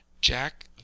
jack